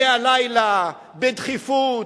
מהלילה, בדחיפות?